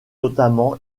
notamment